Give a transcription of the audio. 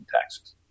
taxes